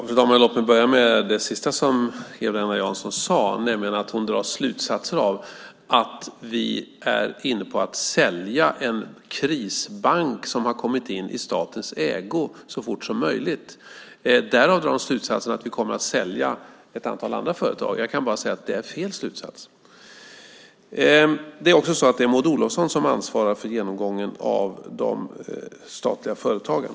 Fru talman! Låt mig börja med det sista som Eva-Lena Jansson sade, nämligen att hon drar slutsatsen att vi är inne på att så fort som möjligt sälja en krisbank som har kommit in i statens ägo. Därav drar hon också slutsatsen att vi kommer att sälja ett antal andra företag. Jag kan bara säga att det är fel slutsats. Det är också så att det är Maud Olofsson som ansvarar för genomgången av de statliga företagen.